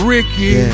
Ricky